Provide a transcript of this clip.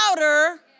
louder